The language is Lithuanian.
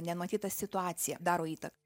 nematyta situacija daro įtak